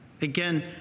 Again